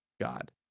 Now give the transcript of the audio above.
God